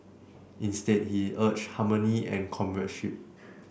instead he urged harmony and comradeship